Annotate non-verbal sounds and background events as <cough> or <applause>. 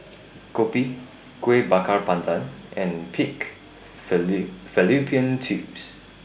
Kopi Kueh Bakar Pandan and Pig <unintelligible> Fallopian Tubes